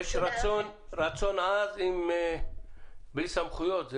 יש רצון עז בלי סמכויות.